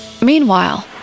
Meanwhile